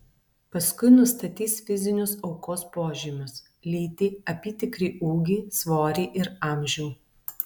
paskui nustatys fizinius aukos požymius lytį apytikrį ūgį svorį ir amžių